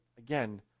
Again